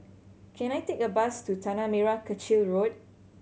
can I take a bus to Tanah Merah Kechil Road